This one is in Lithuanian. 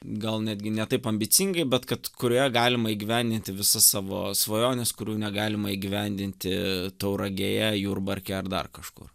gal netgi ne taip ambicingai bet kad kurioje galima įgyvendinti visas savo svajones kurių negalima įgyvendinti tauragėje jurbarke ar dar kažkur